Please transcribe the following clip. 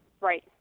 Right